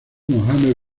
mohammed